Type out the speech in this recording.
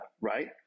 right